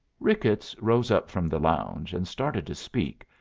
ricketts rose up from the lounge, and started to speak,